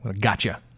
Gotcha